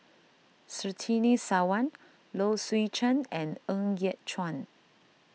Surtini Sarwan Low Swee Chen and Ng Yat Chuan